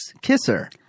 kisser